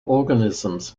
organisms